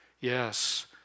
Yes